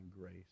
grace